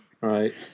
Right